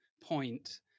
point